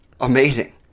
amazing